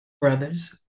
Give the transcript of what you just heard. brothers